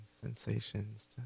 sensations